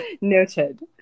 Noted